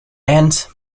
and